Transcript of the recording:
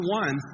one